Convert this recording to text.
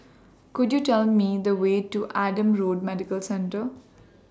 Could YOU Tell Me The Way to Adam Road Medical Centre